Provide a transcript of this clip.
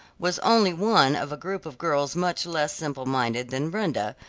was only one of a group of girls much less simple-minded than brenda,